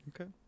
okay